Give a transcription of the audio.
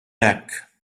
hekk